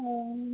ଓ